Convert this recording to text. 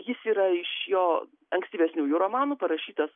jis yra iš jo ankstyvesniųjų romanų parašytas